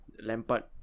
Lampard